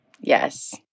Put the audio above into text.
yes